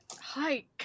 hi